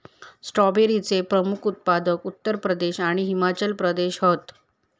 स्ट्रॉबेरीचे प्रमुख उत्पादक उत्तर प्रदेश आणि हिमाचल प्रदेश हत